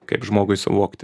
kaip žmogui suvokti